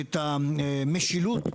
את המשילות.